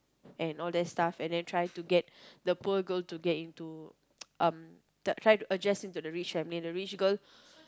and all that stuff and then try to get the poor girl to get into um adjust into the rich family the rich girl